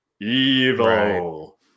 evil